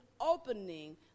opening